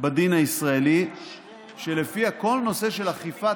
בדין הישראלי שלפיה כל נושא של אכיפת